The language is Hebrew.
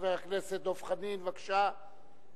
חבר הכנסת דב חנין, בבקשה.